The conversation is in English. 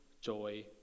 joy